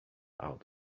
out